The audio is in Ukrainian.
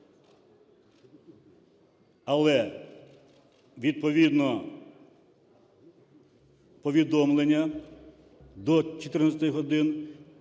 Але відповідно повідомлення до 14 години